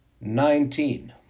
nineteen